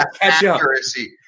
accuracy